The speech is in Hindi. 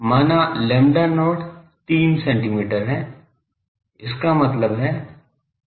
माना lambda not 3 सेमी है इसका मतलब है 10 GHz